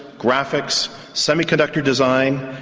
graphics, semiconductor design,